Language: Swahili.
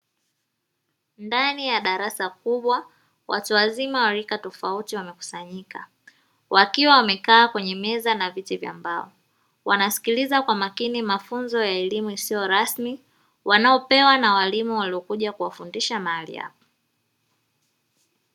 Ndani ya darasa kubwa watu wazima wa rika tofauti wamekusanyika wakiwa wamekaa kwenye meza na viti vya mbao, wanasikiliza kwa makini mafunzo ya elimu isiyo rasmi wanayopewa na walimu waliokuja kuwafundisha mahali hapo.